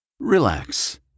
Relax